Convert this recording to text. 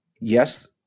yes